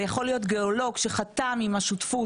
זה יכול להיות גיאולוג שחתם עם השותפות,